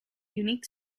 unique